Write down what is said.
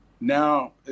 now